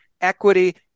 equity